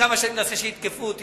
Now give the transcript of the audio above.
כמה שאני מנסה שיתקפו אותי,